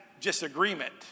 disagreement